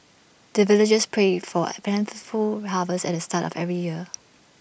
the villagers pray for A plentiful harvest at the start of every year